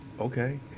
Okay